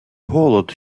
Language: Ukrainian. голод